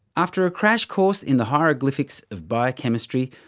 after a crash course in the hieroglyphics of biochemistry,